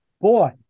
boy